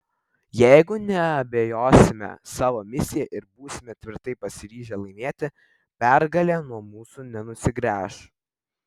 jeigu neabejosime savo misija ir būsime tvirtai pasiryžę laimėti pergalė nuo mūsų nenusigręš